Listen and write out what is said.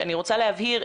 שאני רוצה להבהיר,